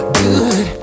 good